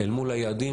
אל מול היעדים,